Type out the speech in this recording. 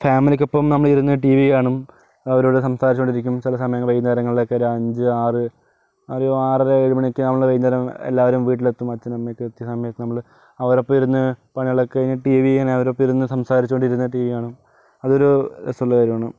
ഫാമിലിക്കൊപ്പം നമ്മൾ ഇരുന്ന് ടിവി കാണും അവരോട് സംസാരിച്ചു കൊണ്ടിരിക്കും ചില സമയങ്ങളിൽ വൈകുന്നേരങ്ങളിൽ ഒക്കെ ഒരു അഞ്ച് ആറ് ഒരു ആറര ഏഴുമണിക്ക് വൈകുന്നേരം എല്ലാവരും വീട്ടിൽ എത്തും അച്ഛനും അമ്മയും ഒക്കെ എത്തിയ സമയത്ത് നമ്മൾ അവരെ ഒപ്പം ഇരുന്ന് പണികളൊക്കെ കഴിഞ്ഞ് ടിവി തന്നെ അവരോടൊപ്പം സംസാരിച്ചിരുന്നു ടിവി കാണും അതൊരു രസമുള്ള കാര്യമാണ്